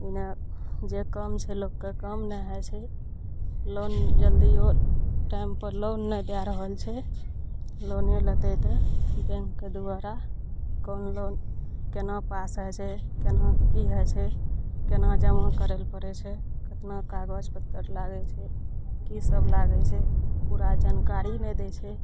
इन्ने जे काम छै लोकके काम नहि होइ छै लोन जल्दिओ टाइमपर लोन नहि दए रहल छै लोने लेतय तऽ बैंकके द्वारा कोन लोन केना पास होइ छै केना की होइ छै केना जमा करय लए पड़य छै कतना कागज पत्तर लागय छै की सब लागय छै पूरा जानकारी नहि दै छै